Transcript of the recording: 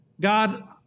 God